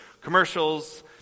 commercials